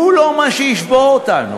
הוא לא מה שישבור אותנו.